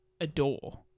Adore